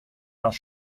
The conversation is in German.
das